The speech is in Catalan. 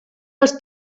els